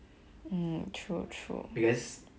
mm true true